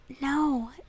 No